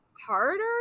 Harder